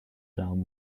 down